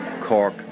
Cork